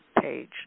page